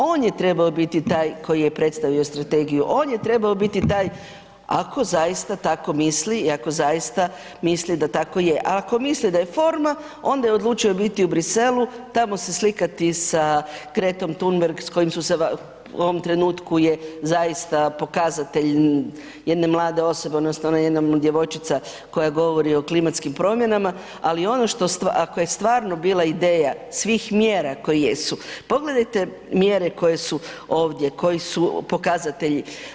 On je trebao biti taj koji je predstavio strategiju, on je trebao biti taj ako zaista tako misli i ako zaista misli da tako je, a ako misli da je forma onda je odlučio biti u Bruxellesu tamo se slikati sa Gretom Thunberg s kojom su se, u ovom trenutku je zaista pokazatelj jedne mlade osobe odnosno ona je jedna djevojčica koja govori o klimatskim promjenama, ali ono što, ako je stvarno bila ideja svih mjera koje jesu, pogledajte mjere koje su ovdje koji su pokazatelji.